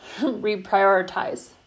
reprioritize